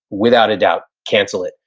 without a doubt, cancel it.